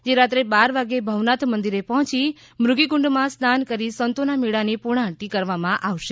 જે રાત્રે બાર વાગે ભવનાથ મંદિરે પહોંચી મૃગીકુંડમાં સ્નાન કરી સંતોનાં મેળાની પૂર્ણાહ્તિ કરવામાં આવશે